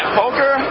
poker